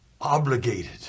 obligated